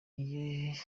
iyo